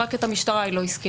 רק את המשטרה היא לא הזכירה.